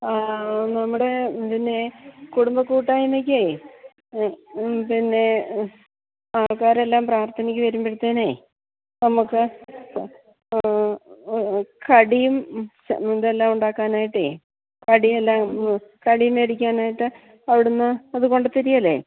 നമ്മുടെ പിന്നെ കുടുംബ കൂട്ടായ്മക്ക് പിന്നെ ആൾക്കാരെല്ലാം പ്രാർത്ഥനയ്ക്ക് വരുമ്പോഴത്തേക്ക് നമുക്ക് കടിയും ഇതെല്ലാം ഉണ്ടാക്കാനായിട്ട് കടിയും എല്ലാം കടി മേടിക്കാനായിട്ട് അവിടെ നിന്ന് അതു കൊണ്ടു തരികയില്ലേ